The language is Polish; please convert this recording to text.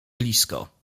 blisko